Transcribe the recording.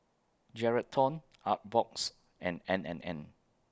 Geraldton Artbox and N and N